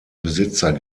besitzer